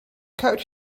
coach